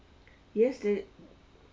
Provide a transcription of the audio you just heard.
yes th~